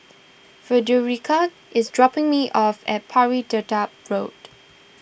Frederica is dropping me off at Pari Dedap Road